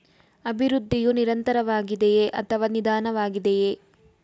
ಅಭಿವೃದ್ಧಿಯು ನಿರಂತರವಾಗಿದೆಯೇ ಅಥವಾ ನಿಧಾನವಾಗಿದೆಯೇ?